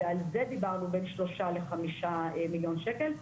ועל זה דיברנו בין שלושה לחמישה מיליון שקל.